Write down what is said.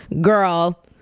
girl